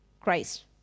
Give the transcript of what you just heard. Christ